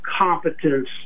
competence